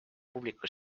publiku